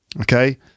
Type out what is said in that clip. Okay